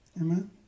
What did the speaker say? Amen